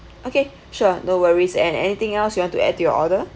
okay sure no worries and anything else you want to add to your order